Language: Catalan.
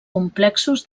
complexos